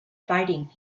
fighting